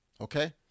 okay